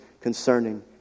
concerning